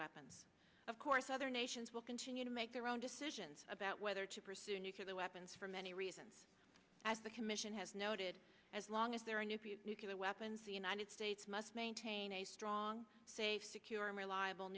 weapons of course other nations will continue to make their own decisions about whether to pursue nuclear weapons for many reasons as the commission has noted as long as there are new nuclear weapons the united states must maintain a strong safe secure and reliable